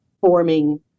forming